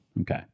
Okay